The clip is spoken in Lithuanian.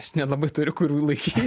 aš nelabai turiu kur jų laikyt